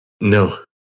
No